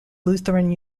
lutheran